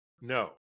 no